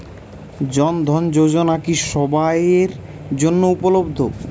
জন ধন যোজনা কি সবায়ের জন্য উপলব্ধ?